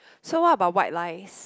so what about white lies